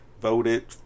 voted